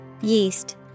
Yeast